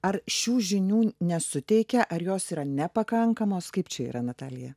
ar šių žinių nesuteikia ar jos yra nepakankamos kaip čia yra natalija